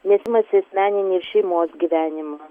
kėsimasis į asmeninį ir šeimos gyvenimą